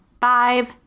five